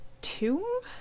Tomb